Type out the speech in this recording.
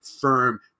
firm